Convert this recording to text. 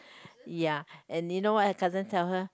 ya and you know what her cousin tell her